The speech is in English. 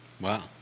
Wow